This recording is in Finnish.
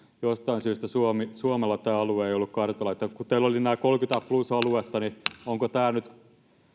jostain syystä suomella tämä alue ei ole ollut kartalla kun teillä oli nämä plus kolmekymmentä aluetta niin onko tämä nyt